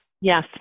Yes